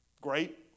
great